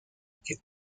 que